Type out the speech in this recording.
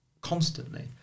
Constantly